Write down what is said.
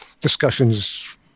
discussions